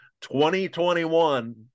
2021